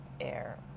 air